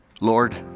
Lord